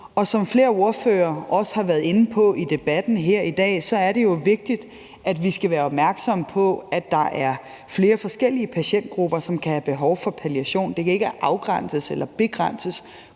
som flere ordførere også har været inde på i debatten her i dag, er det jo vigtigt, at vi er opmærksomme på, at der er flere forskellige patientgrupper, som kan have behov for palliation, og at det ikke kan afgrænses eller begrænses